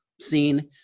seen